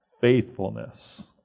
Faithfulness